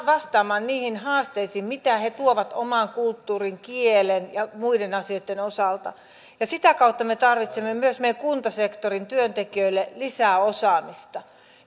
vastaamaan niihin haasteisiin mitä he tuovat oman kulttuurin kielen ja muiden asioiden osalta ja sitä kautta me tarvitsemme myös meidän kuntasektorin työntekijöille lisää osaamista